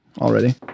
already